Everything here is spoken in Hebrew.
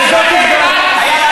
וזאת עובדה.